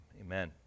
Amen